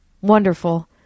Wonderful